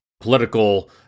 political